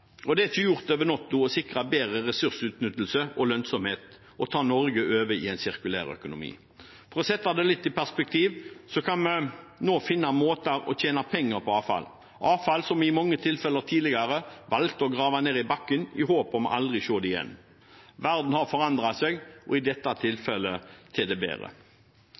og det er ikke gjort over natta å sikre bedre ressursutnyttelse og lønnsomhet og ta Norge over i en sirkulær økonomi. For å se det litt i perspektiv kan vi nå finne måter å tjene penger på avfall, avfall som vi i mange tilfeller tidligere valgte å grave ned i bakken i håp om aldri å se det igjen. Verden har forandret seg, og i dette tilfellet til det bedre.